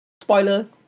Spoiler